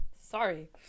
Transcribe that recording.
sorry